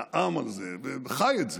נאם על זה וחי את זה,